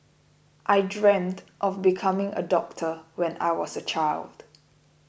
I dreamt of becoming a doctor when I was a child